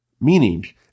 Meaning